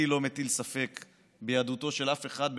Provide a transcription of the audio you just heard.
אני לא מטיל ספק ביהדותו של אף אחד,